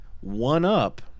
one-up